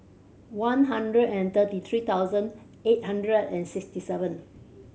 one hundred and thirty three thousand eight hundred and sixty seven